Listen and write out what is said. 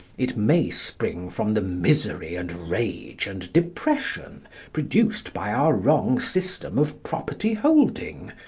it may spring from the misery and rage and depression produced by our wrong system of property-holding,